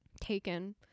taken